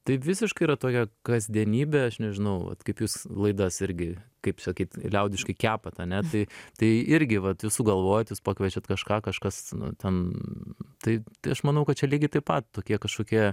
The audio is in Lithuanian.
tai visiškai yra toje kasdienybėje aš nežinau vat kaip jūs laidas irgi kaip sakyt liaudiškai kepat ane tai tai irgi vat jūs sugalvojat jūs pakviečiat kažką kažkas nu ten tai aš manau kad čia lygiai taip pat tokie kažkokie